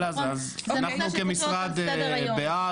אנחנו כמשרד בעד,